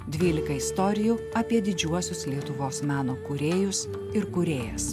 dvylika istorijų apie didžiuosius lietuvos meno kūrėjus ir kūrėjas